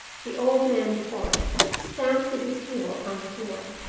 the old man before us stamped with his heel upon the floor.